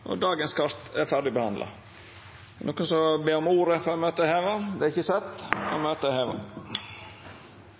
16. Dagens kart er då ferdigdebattert. Er det nokon som ber om ordet før møtet vert heva? – Møtet er heva.